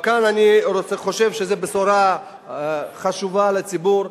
כאן אני חושב שזאת בשורה חשובה לציבור,